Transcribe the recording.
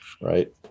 Right